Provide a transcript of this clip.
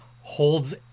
Holds